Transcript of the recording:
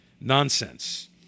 nonsense